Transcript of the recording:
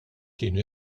kienu